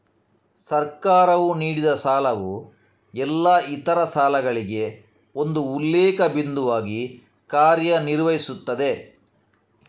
ಸರ್ಕಾರವು ನೀಡಿದಸಾಲವು ಎಲ್ಲಾ ಇತರ ಸಾಲಗಳಿಗೆ ಒಂದು ಉಲ್ಲೇಖ ಬಿಂದುವಾಗಿ ಕಾರ್ಯ ನಿರ್ವಹಿಸುತ್ತದೆ